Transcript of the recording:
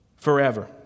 Forever